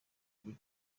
igihe